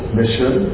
mission